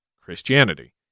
Christianity